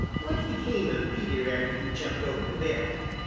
what became of peter after he jumped over the barrel?